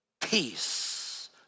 peace